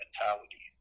mentality